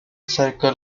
circle